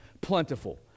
plentiful